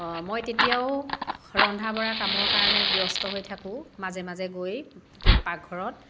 মই তেতিয়াও ৰন্ধা বঢ়া কামৰ কাৰণে ব্যস্ত হৈ থাকোঁ মাজে মাজে গৈ পাকঘৰত